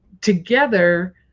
together